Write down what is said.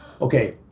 Okay